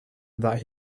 that